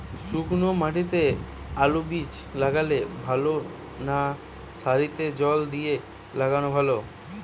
শুক্নো মাটিতে আলুবীজ লাগালে ভালো না সারিতে জল দিয়ে লাগালে ভালো?